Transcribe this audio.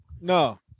No